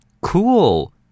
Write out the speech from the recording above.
Cool